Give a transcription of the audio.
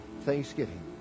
Thanksgiving